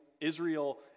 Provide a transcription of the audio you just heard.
Israel